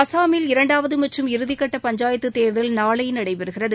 அசாமில் இரண்டாவது மற்றும் இறுதிகட்ட பஞ்சாயத்து தேர்தல் நாளை நடைபெறுகிறது